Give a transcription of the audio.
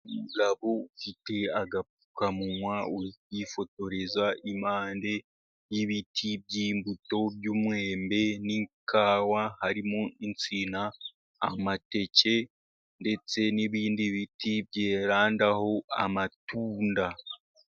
Umugabo ufite agapfukamunwa yifotoreza iruhande rw'ibiti by'imbuto, by'umwembe n'ikawa. Harimo insina, amateke, ndetse n'ibindi biti birandaho amatunda.